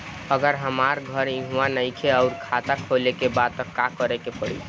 अगर हमार घर इहवा नईखे आउर खाता खोले के बा त का करे के पड़ी?